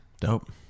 Dope